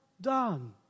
done